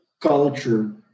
culture